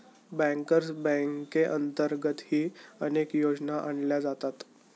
bankers बँकेअंतर्गतही अनेक योजना आणल्या जातात